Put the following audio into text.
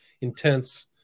intense